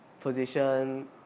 position